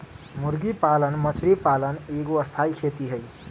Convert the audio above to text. मुर्गी पालन मछरी पालन एगो स्थाई खेती हई